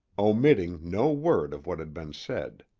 omitting no word of what had been said.